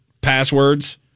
passwords